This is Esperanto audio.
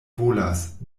volas